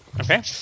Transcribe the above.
Okay